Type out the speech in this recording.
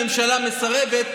הממשלה מסרבת,